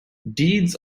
deeds